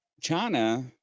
China